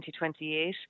2028